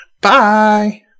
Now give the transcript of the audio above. Bye